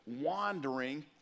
wandering